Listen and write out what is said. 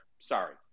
Sorry